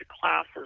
classes